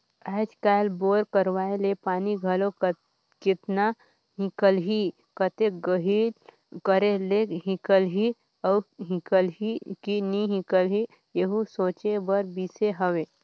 आएज काएल बोर करवाए ले पानी घलो केतना हिकलही, कतेक गहिल करे ले हिकलही अउ हिकलही कि नी हिकलही एहू सोचे कर बिसे हवे